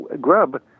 grub